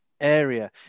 area